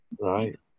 Right